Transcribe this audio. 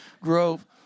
Grove